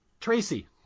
Tracy